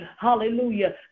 hallelujah